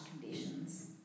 conditions